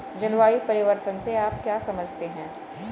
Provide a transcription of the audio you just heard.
जलवायु परिवर्तन से आप क्या समझते हैं?